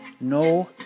No